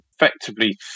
effectively